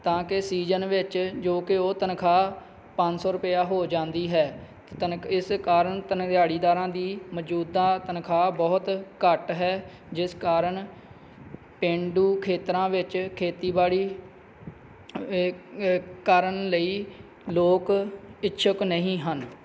ਤਾਂ ਕਿ ਸੀਜਨ ਵਿੱਚ ਜੋ ਕਿ ਉਹ ਤਨਖਾਹ ਪੰਜ ਸੌ ਰੁਪਿਆ ਹੋ ਜਾਂਦੀ ਹੈ ਤਨ ਇਸ ਕਾਰਣ ਦਿਹਾੜੀਦਾਰਾਂ ਦੀ ਮੌਜੂਦਾ ਤਨਖਾਹ ਬਹੁਤ ਘੱਟ ਹੈ ਜਿਸ ਕਾਰਣ ਪੇਂਡੂ ਖੇਤਰਾਂ ਵਿੱਚ ਖੇਤੀਬਾੜੀ ਕਰਨ ਲਈ ਲੋਕ ਇੱਛੁਕ ਨਹੀਂ ਹਨ